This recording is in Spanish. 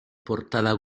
portada